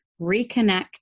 reconnect